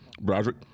Broderick